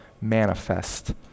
manifest